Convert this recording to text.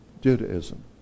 Judaism